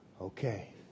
Okay